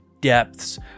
depths